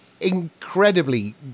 incredibly